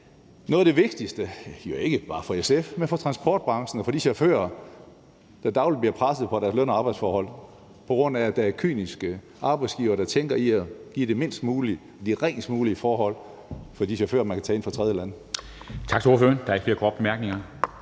noget af det vigtigste, jo ikke bare for SF, men for transportbranchen og for de chauffører, der dagligt bliver presset på deres løn og arbejdsforhold, på grund af at der er kyniske arbejdsgivere, der tænker i at give det mindst mulige og de ringest mulige forhold for de chauffører, man kan tage ind fra tredjelande.